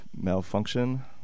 Malfunction